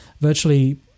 Virtually